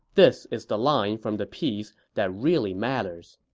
this is the line from the piece that really matters